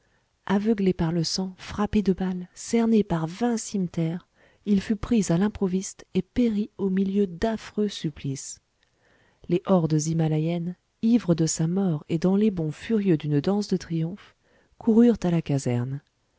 aveuglé par le sang frappé de balles cerné par vingt cimeterres il fut pris à l'improviste et périt au milieu d'affreux supplices les hordes hymalayennes ivres de sa mort et dans les bonds furieux d'une danse de triomphe coururent à la caserne